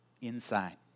inside